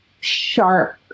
sharp